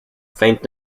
faint